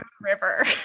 River